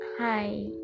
Hi